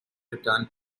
returned